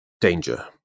danger